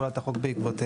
ותחולת החוק בעקבותיהם.